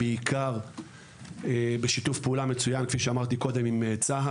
בעיקר בשיתוף פעולה מצוין עם צה"ל,